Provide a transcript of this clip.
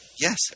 Yes